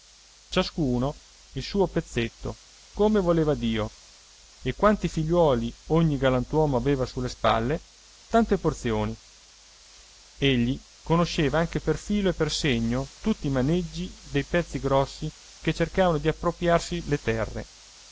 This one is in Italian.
ciascuno il suo pezzetto come voleva dio e quanti figliuoli ogni galantuomo aveva sulle spalle tante porzioni egli conosceva anche per filo e per segno tutti i maneggi dei pezzi grossi che cercavano appropriarsi le terre